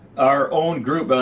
our own group,